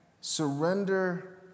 Surrender